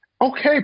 okay